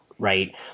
right